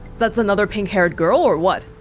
that's another pink haired girl or what?